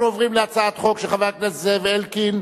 אנחנו עוברים להצעת חוק של חבר הכנסת זאב אלקין,